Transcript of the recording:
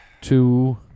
Two